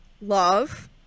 Love